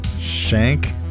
Shank